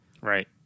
Right